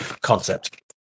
concept